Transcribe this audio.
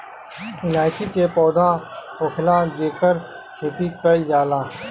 इलायची के पौधा होखेला जेकर खेती कईल जाला